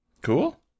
Cool